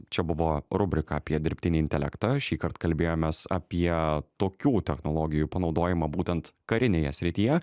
čia buvo rubrika apie dirbtinį intelektą šįkart kalbėjomės apie tokių technologijų panaudojimą būtent karinėje srityje